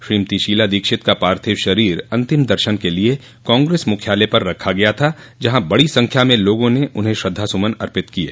श्रीमती शीला दीक्षित का पाथिव शरीर अंतिम दर्शन के लिये कांग्रेस मुख्यालय पर रखा गया था जहां बड़ी संख्या में लोगों ने उन्हें श्रद्धासुमन अर्पित किये